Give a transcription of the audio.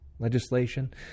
Legislation